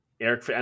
Eric